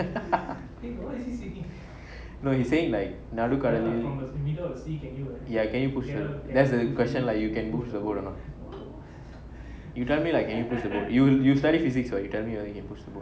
no he say like நடுக்கடலில:nadukadalila ya can you push through that's the question lah you can push the boat or not you tell me like can you push the boat you you study physics what you tell me whether you can push the boat